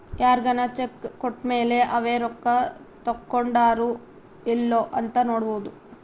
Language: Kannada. ಯಾರ್ಗನ ಚೆಕ್ ಕೋಟ್ಮೇಲೇ ಅವೆ ರೊಕ್ಕ ತಕ್ಕೊಂಡಾರೊ ಇಲ್ಲೊ ಅಂತ ನೋಡೋದು